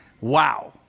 Wow